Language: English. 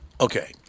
Okay